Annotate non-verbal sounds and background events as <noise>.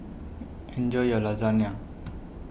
<noise> Enjoy your Lasagna